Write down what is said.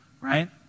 right